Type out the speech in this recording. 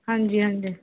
ਹਾਂਜੀ ਹਾਂਜੀ